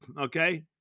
okay